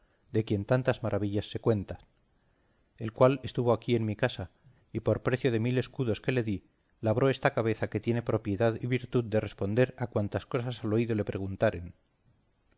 de quien tantas maravillas se cuentan el cual estuvo aquí en mi casa y por precio de mil escudos que le di labró esta cabeza que tiene propiedad y virtud de responder a cuantas cosas al oído le preguntaren